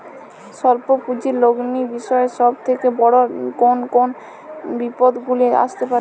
স্বল্প পুঁজির লগ্নি বিষয়ে সব থেকে বড় কোন কোন বিপদগুলি আসতে পারে?